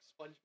Spongebob